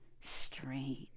strange